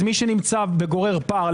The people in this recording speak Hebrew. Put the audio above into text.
מי שנמצא בגורר פער,